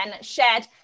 shared